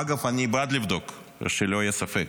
אגב, אני בעד לבדוק, שלא יהיה ספק.